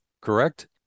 correct